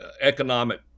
economic